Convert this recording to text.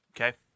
Okay